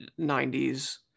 90s